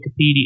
Wikipedia